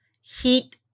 heat